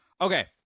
Okay